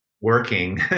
working